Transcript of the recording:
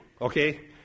Okay